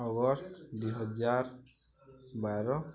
August ଦୁଇହଜାର ବାର